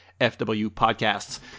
FWPodcasts